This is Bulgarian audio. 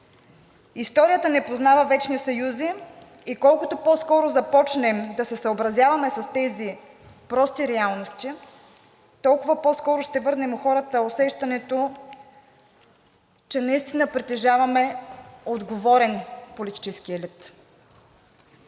Историята не познава вечни съюзи и колкото по-скоро започнем да се съобразяваме с тези прости реалности, толкова по-скоро ще върнем у хората усещането, че наистина притежаваме отговорен политически елит.